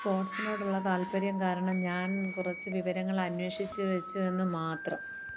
സ്പോർട്ട്സിനോടുള്ള താൽപ്പര്യം കാരണം ഞാൻ കുറച്ച് വിവരങ്ങൾ അന്വേഷിച്ചു വെച്ചു എന്ന് മാത്രം